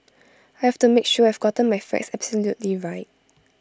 I have to make sure I have gotten my facts absolutely right